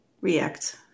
react